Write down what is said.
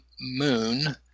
moon